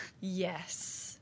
Yes